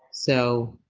so,